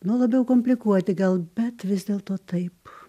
nu labiau komplikuoti gal bet vis dėlto taip